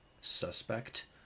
suspect